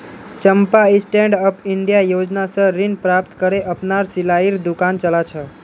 चंपा standup India योजना स ऋण प्राप्त करे अपनार सिलाईर दुकान चला छ